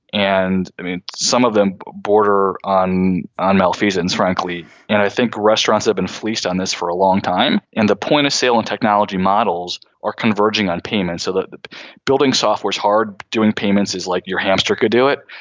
and i mean, some of them border on on malfeasance, frankly. and i think restaurants have been fleeced on this for a long time. and the point of sale in technology models are converging on payments so that building software's hard doing payments is like your hamster could do it.